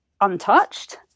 untouched